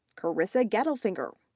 carissa gettelfinger,